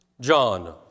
John